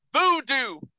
Voodoo